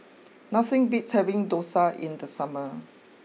nothing beats having Dosa in the summer